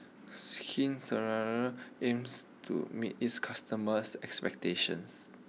Skin aims to meet its customers' expectations